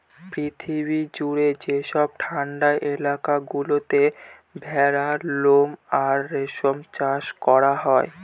পৃথিবী জুড়ে যেসব ঠান্ডা এলাকা গুলোতে ভেড়ার লোম আর রেশম চাষ করা হয়